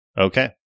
Okay